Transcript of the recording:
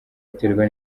biterwa